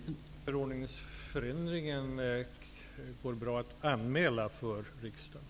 Herr talman! Förordningsförändringar går bra att anmäla för riksdagen.